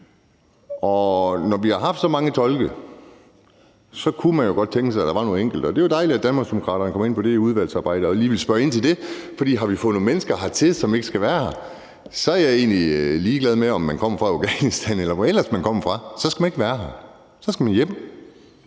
Når vi har haft så mange tolke, kunne man jo godt tænkt sig, at der var nogle enkelte, der ikke skulle være her. Det var dejligt, at Danmarksdemokraterne kom ind på det i udvalgsarbejdet og lige ville spørge ind til det. For har vi fået nogle mennesker hertil, som ikke skal være her, er jeg egentlig ligeglad med, om man kommer fra Afghanistan, eller hvor man ellers kommer fra, for så skal man ikke være her; så skal man hjem.